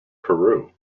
peru